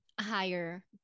higher